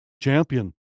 Champion